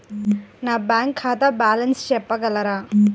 నా బ్యాంక్ ఖాతా బ్యాలెన్స్ చెప్పగలరా?